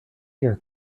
your